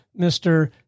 Mr